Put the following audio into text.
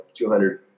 200